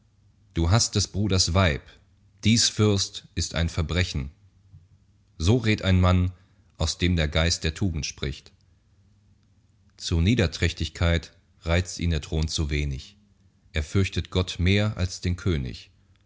du hast des bruders weib dies fürst ist ein verbrechen so redt ein mann aus dem der geist der tugend spricht zur niederträchtigkeit reizt ihn der thron zu wenig er fürchtet gott mehr als den könig